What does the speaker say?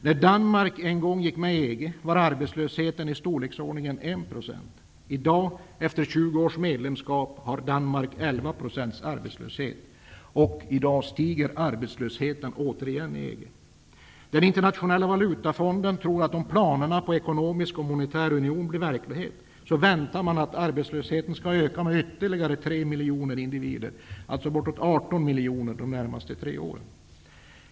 När Danmark gick med i EG var arbetslösheten i storleksordningen 1 %. I dag, efter 20 års medlemskap, har Danmark 11 % arbetslöshet. I dag stiger arbetslösheten återigen i EG. Den Internationella valutafonden tror att om planerna på en ekonomisk och monetär union blir verklighet kommer arbetslösheten att öka med ytterligare tre miljoner individer, dvs. till bortemot 18 miljoner de närmaste tre åren.